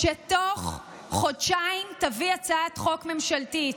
שתוך חודשיים תביא הצעת חוק ממשלתית.